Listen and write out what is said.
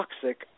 toxic